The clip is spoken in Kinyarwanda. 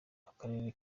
akarere